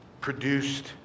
produced